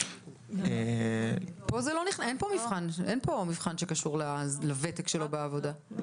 אין פה מבחן שקשור לוותק שלו בעבודה,